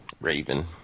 Raven